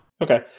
Okay